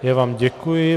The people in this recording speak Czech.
Já vám děkuji.